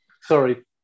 Sorry